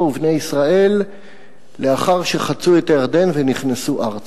ובני ישראל לאחר שחצו את הירדן ונכנסו ארצה.